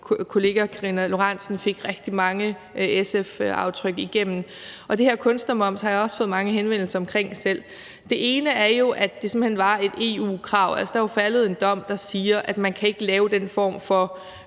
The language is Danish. kollega Karina Lorentzen Dehnhardt fik sat rigtig mange SF-aftryk på. Og den her kunstnermoms har jeg også fået mange henvendelser omkring selv. Det ene er, at det simpelt hen var et EU-krav. Der er jo faldet en dom, der siger, at man ikke kan lave den form for